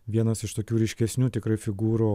vienas iš tokių ryškesnių tikrai figūrų